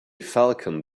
falcon